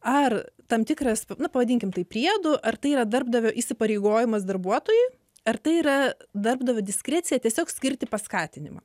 ar tam tikras pavadinkime tai priedu ar tai yra darbdavio įsipareigojimas darbuotojui ar tai yra darbdavio diskrecija tiesiog skirti paskatinimą